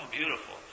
beautiful